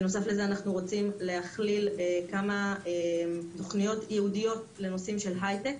בנוסף לזה אנחנו רוצים להכליל כמה תוכניות ייעודיות לנושאים של הייטק,